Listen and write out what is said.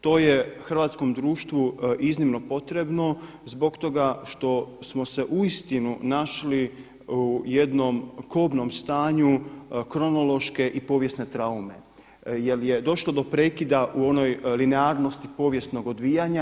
To je hrvatskom društvu iznimno potrebno zbog toga što smo se uistinu našli u jednom kobnom stanju kronološke i povijesne traume, jer je došlo do prekida u onoj linearnosti povijesnog odvijanja.